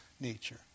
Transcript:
nature